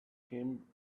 him